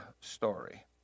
story